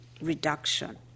reduction